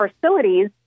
facilities